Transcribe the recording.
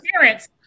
parents